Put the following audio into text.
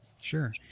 sure